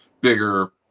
bigger